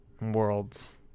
Worlds